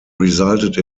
resulted